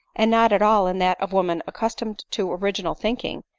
and not at all in that of women accustomed to original thinking,